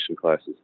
classes